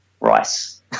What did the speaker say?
rice